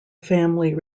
family